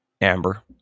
Amber